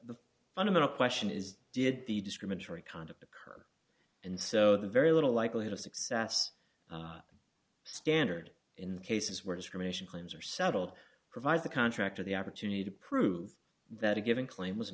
the fundamental question is did the discriminatory conduct occurred and so the very little likelihood of success standard in cases where discrimination claims are settled provides the contractor the opportunity to prove that a given claim was